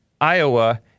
Iowa